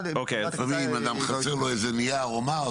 לאדם חסר נייר או מה,